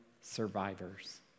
survivors